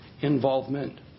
involvement